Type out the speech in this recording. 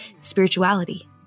spirituality